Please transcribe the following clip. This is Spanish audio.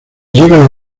llega